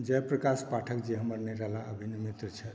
जयप्रकाश पाठक जे हमर नहि रहला अभिन्न मित्र छलाह